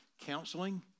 counseling